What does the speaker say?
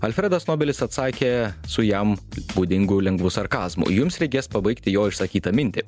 alfredas nobelis atsakė su jam būdingu lengvu sarkazmu jums reikės pabaigti jo išsakytą mintį